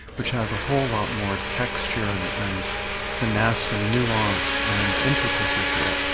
which has a whole lot more texture and and finesse and nuance and intricacy to it.